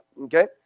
Okay